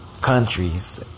countries